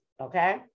okay